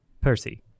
Percy